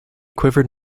quivered